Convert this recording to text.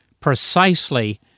precisely